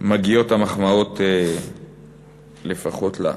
שמגיעות המחמאות, לפחות לה.